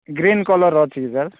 green କଲର୍ର ଅଛି କି ସାର୍